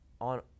on